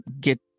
get